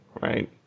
right